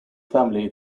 family